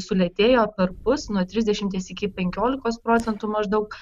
sulėtėjo perpus nuo trisdešimties iki penkiolikos procentų maždaug